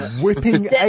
Whipping